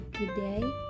Today